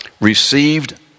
received